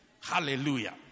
Hallelujah